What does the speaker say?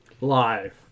live